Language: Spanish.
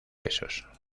quesos